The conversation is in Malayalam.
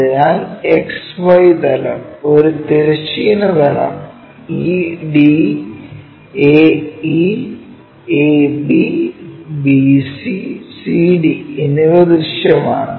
അതിനാൽ X Y തലം ഒരു തിരശ്ചീന തലം ED AE AB BC CD എന്നിവ ദൃശ്യമാണ്